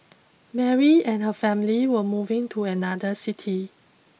Mary and her family were moving to another city